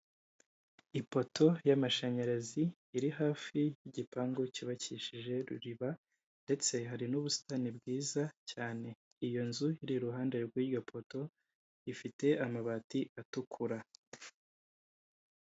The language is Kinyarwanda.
Ipoto y'amashanyarazi, iri hafi y'igipangu cyubakishije ruriba, ndetse hari n'ubusitani bwiza cyane. Iyo nzu iri iruhande rw'iyo poto ifite amabati atukura.